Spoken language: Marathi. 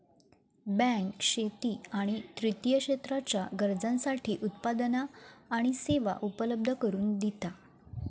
बँक शेती आणि तृतीय क्षेत्राच्या गरजांसाठी उत्पादना आणि सेवा उपलब्ध करून दिता